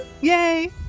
Yay